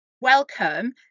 welcome